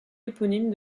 éponyme